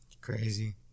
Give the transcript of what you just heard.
Crazy